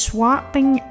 Swapping